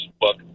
book